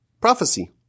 prophecy